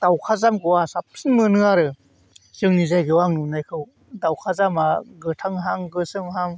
दाउखाजानखौ आं साबसिन मोनो आरो जोंनि जायगायाव आं नुनायखौ दाउखाजान गोथांहां गोसोम हां